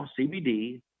CBD